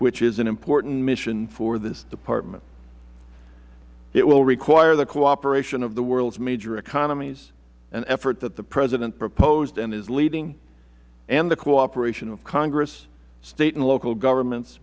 which is an important mission for this department it will require the cooperation of the world's major economies an effort that the president proposed and is leading and the cooperation of congress state and local governments